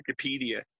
Wikipedia